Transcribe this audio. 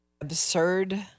absurd